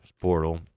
portal